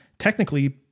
Technically